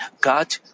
God